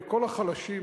לכל החלשים,